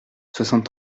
soixante